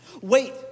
Wait